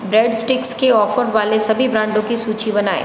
bread sticks की offer वाले सभी ब्रांडों की सूची बनाएँ